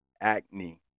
acne